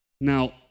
Now